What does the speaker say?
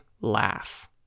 laugh